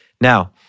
Now